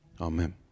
Amen